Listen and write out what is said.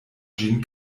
ĝin